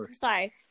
Sorry